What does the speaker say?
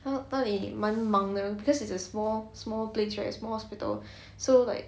他们那里蛮忙的 because it's a small small place right small hospital so like